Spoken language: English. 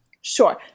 Sure